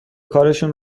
کارشون